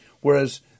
Whereas